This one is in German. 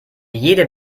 jede